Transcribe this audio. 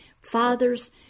fathers